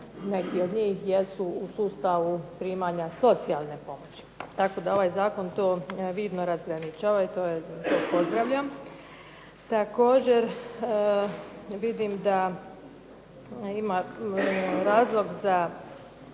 neki od njih, jesu u sustavu primanja socijalne pomoći. Tako da ovaj zakon to vidno razgraničava i to pozdravljam. Također, vidim da ima razlog za